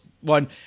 one